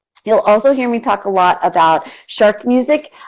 you will also hear me talk a lot about shark music.